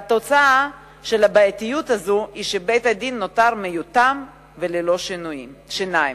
והתוצאה של הבעייתיות הזאת היא שבית-הדין נותר מיותם וללא שיניים.